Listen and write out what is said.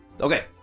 Okay